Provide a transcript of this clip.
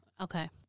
Okay